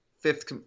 fifth